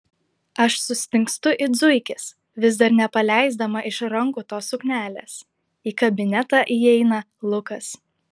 aš sustingstu it zuikis vis dar nepaleisdama iš rankų tos suknelės į kabinetą įeina lukas